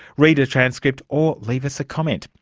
read a transcript or leave us a comment.